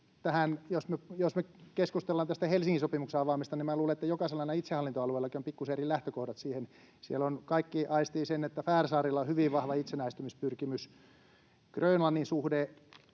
me keskustellaan tästä Helsingin sopimuksen avaamisesta, niin minä luulen, että jokaisella näillä itsehallintoalueellakin on pikkusen eri lähtökohdat siihen. Siellä kaikki aistivat sen, että Färsaarilla on hyvin vahva itsenäistymispyrkimys. Grönlannin suhde